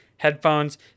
headphones